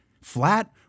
flat